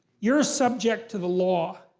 you're a subject to the law.